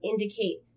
indicate